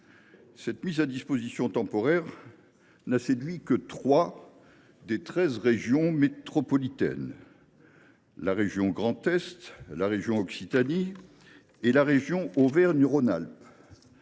Cette mise à disposition temporaire n’a séduit que trois des treize régions métropolitaines : le Grand Est, l’Occitanie et Auvergne Rhône Alpes.